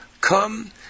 come